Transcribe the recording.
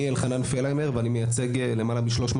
אני אלחנן פלהיימר ואני מייצג למעלה מ-350